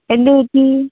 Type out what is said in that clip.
എന്തുപറ്റി